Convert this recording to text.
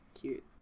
cute